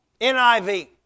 NIV